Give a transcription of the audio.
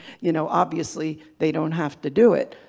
you know obviously they don't have to do it.